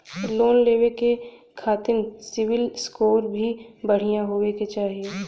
Loan लेवे के खातिन सिविल स्कोर भी बढ़िया होवें के चाही?